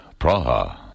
Praha